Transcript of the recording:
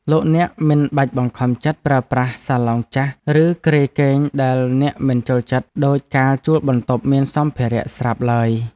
លោកអ្នកមិនបាច់បង្ខំចិត្តប្រើប្រាស់សាឡុងចាស់ឬគ្រែគេងដែលអ្នកមិនចូលចិត្តដូចកាលជួលបន្ទប់មានសម្ភារៈស្រាប់ឡើយ។